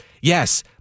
Yes